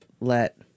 let